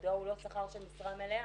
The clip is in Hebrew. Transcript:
מדוע הוא לא שכר של משרה מלאה.